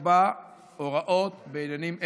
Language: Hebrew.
יקבע הוראות בעניינים אלה: